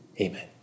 Amen